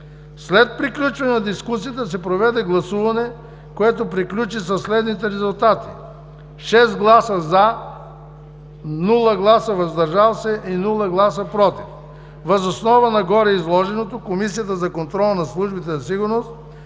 След приключване на дискусията се проведе гласуване, което приключи при следните резултати: 6 гласа за, без против и въздържали се. Въз основа на гореизложеното Комисията за контрол над службите за сигурност,